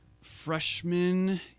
freshman